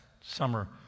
summer